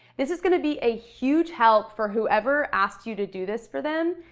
this is gonna be a huge help for whoever asks you to do this for them.